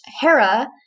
Hera